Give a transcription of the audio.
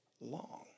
long